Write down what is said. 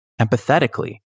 empathetically